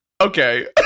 okay